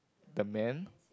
the man